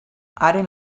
haren